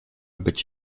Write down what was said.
być